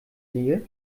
nähe